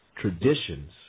traditions